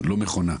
לא מכונה.